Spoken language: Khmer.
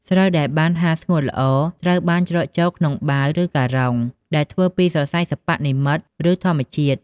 ស្រូវដែលបានហាលស្ងួតល្អ ត្រូវបានច្រកចូលក្នុងបាវ ឬការុង ដែលធ្វើពីសរសៃសិប្បនិម្មិត ឬធម្មជាតិ។